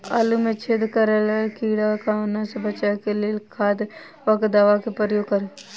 आलु मे छेद करा वला कीड़ा कन्वा सँ बचाब केँ लेल केँ खाद वा दवा केँ प्रयोग करू?